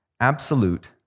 Absolute